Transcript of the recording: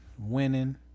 winning